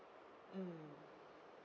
mm